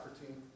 team